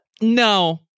No